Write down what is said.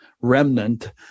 remnant